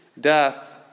Death